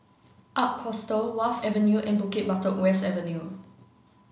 Ark Hostel Wharf Avenue and Bukit Batok West Avenue